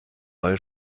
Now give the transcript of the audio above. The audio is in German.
neue